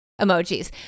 emojis